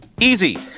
Easy